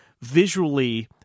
visually